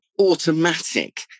automatic